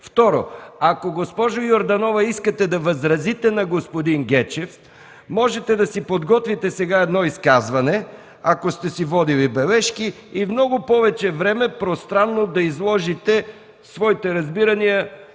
Второ, госпожо Йорданова, ако искате да възразите на господин Гечев, можете да си подготвите едно изказване, ако сте си водили бележки, и за много повече време пространно да изложите своите разбирания,